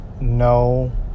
no